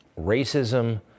Racism